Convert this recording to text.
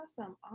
Awesome